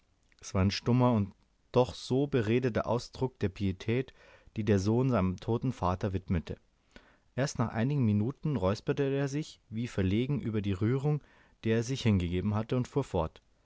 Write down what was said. es war ein stummer und doch so beredter ausdruck der pietät die der sohn seinem toten vater widmete erst nach einigen minuten räusperte er sich wie verlegen über die rührung der er sich hingegeben hatte und fuhr fort